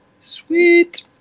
Sweet